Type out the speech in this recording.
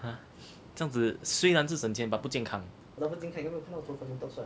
!huh! 这样子虽然是省钱 but 不健康